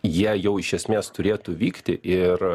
jie jau iš esmės turėtų vykti ir